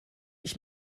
ich